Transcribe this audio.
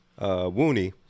Woonie